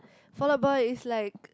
Fallout-Boy is like